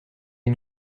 une